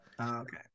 Okay